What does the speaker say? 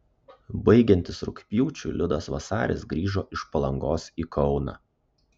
baigiantis rugpjūčiui liudas vasaris grįžo iš palangos į kauną